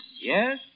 Yes